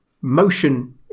motion